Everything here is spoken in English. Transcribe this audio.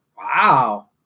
Wow